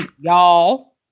y'all